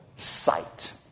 sight